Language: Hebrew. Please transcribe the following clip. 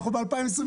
אנחנו ב-2022,